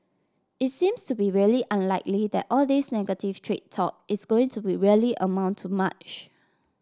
is seems to be really unlikely that all this negative trade talk is going to be really amount to much